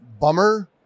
bummer